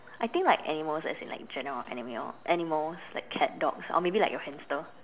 I think like animals as in like general animal animals like cat dogs or maybe like your hamster